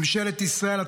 ממשלת ישראל,